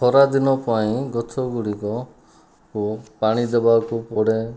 ଖରାଦିନ ପାଇଁ ଗଛ ଗୁଡ଼ିକକୁ ପାଣି ଦେବା ପାଇଁ ପଡ଼େ